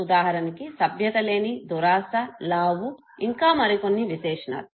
ఉదాహరణకి సభ్యత లేని దురాశ లావు ఇంకా మరికొన్ని విశేషణాలు